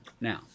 Now